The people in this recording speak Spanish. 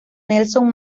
nelson